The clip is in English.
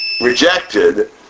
rejected